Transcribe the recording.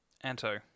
Anto